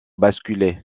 basculer